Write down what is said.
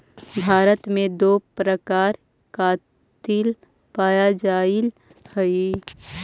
भारत में दो प्रकार कातिल पाया जाईल हई